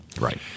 Right